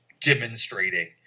demonstrating